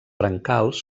brancals